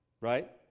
right